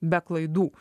be klaidų